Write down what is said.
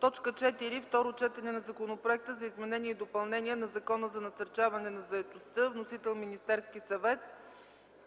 Тошев. 4. Второ четене на Законопроекта за изменение и допълнение на Закона за насърчаване на заетостта. Вносител – Министерският съвет,